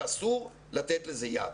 אסור לתת לזה יד.